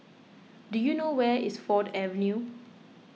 do you know where is Ford Avenue